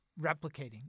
replicating